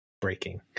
breaking